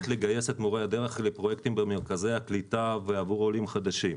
לגייס את מורי הדרך לפרויקטים במרכזי הקליטה עבור עולים חדשים.